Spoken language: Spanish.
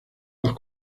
los